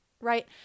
right